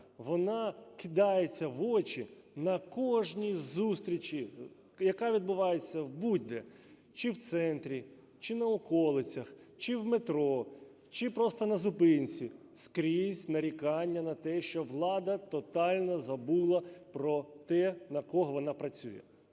вона кидається в очі. На кожній зустрічі, яка відбувається будь-де: чи в центрі, чи на околицях, чи в метро, чи просто на зупинці, - скрізь нарікання на те, що влада тотально забула про те, на кого вона працює.